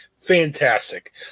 Fantastic